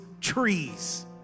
trees